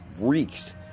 reeks